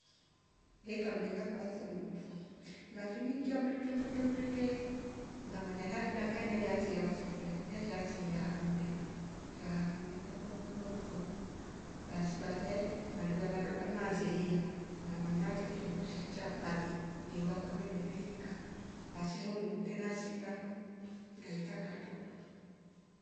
Ngeikya mringa kwansa ngafinikya mrike, mrike. mrikee ngamanya haatri dakikayi naliansa ira sufria ngeshaansa ihaluu mringa ngaalu mrika kidogo kidogo kidogo baasi baadae kavekolya fya dooka fime ansa ihiiya ngamanya hatri kinndo kisha chakbali iru lakwa lime me lainika baasi uund e nasi kilanndo ukaikya ukatreuwa.